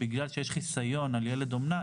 בגלל שיש חיסיון על ילד אומנה,